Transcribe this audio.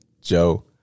Joe